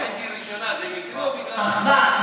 קטי ראשונה, זה מקרי או בגלל, אחווה.